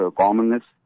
commonness